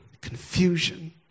confusion